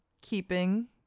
keeping